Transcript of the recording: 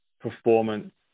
performance